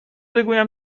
بگویم